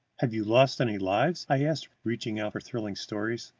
have you lost any lives? i asked, reaching out for thrilling stories.